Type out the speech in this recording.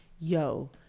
Yo